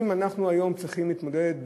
אם אנחנו היום צריכים להתמודד,